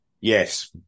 Yes